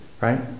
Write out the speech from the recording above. Right